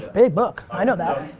big book, i know that.